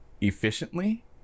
efficiently